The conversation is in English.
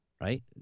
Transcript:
Right